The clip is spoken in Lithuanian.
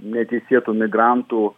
neteisėtų migrantų